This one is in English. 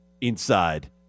inside